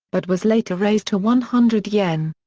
but was later raised to one hundred yen.